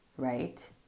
Right